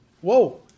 Whoa